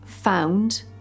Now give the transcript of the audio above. found